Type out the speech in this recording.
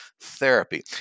therapy